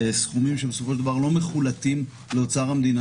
שבסופו של דבר לא מחולטים לאוצר המדינה,